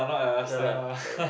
ya lah correct